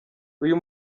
uyu